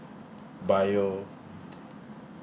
bio